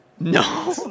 no